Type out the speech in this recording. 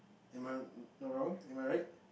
am I not wrong am I right